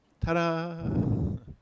Ta-da